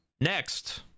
next